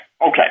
Okay